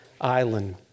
Island